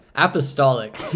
apostolic